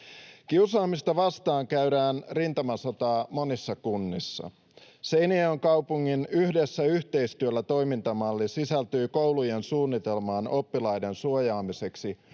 Kiusaamista vastaan käydään rintamasotaa monissa kunnissa. Seinäjoen kaupungin Yhdessä yhteistyöllä ‑toimintamalli sisältyy koulujen suunnitelmaan oppilaiden suojaamiseksi